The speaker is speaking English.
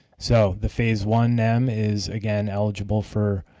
so the phase one nem is, again, eligible for